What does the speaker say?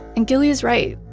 and guilly is right.